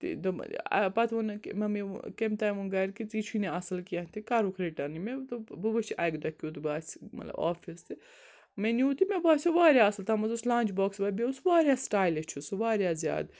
تہِ دوٚپ پَتہٕ ووٚنہٕ مےٚ کمہِ تان ووٚن گَر کہ ژٕ یہِ چھُ نہٕ اَصٕل کینٛہہ تہِ کَرُکھ رِٹرن دوٚپ بہٕ وٕچھ اَکہِ دۄہ کیُتھ باسہِ مطلب آفِس تہِ مےٚ نیوٗ تہِ مےٚ باسیو واریاہ اَصٕل تَتھ منٛز اوس لَنچ بۄٕکٕس بیٚیہِ اوس واریاہ سِٹایلِش چھُ سُہ واریاہ زیادٕ